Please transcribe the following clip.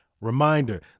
Reminder